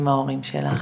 עם ההורים שלך,